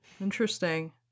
Interesting